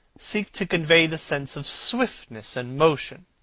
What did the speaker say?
seek to convey the sense of swiftness and motion.